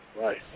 Right